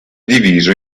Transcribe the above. diviso